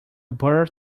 birth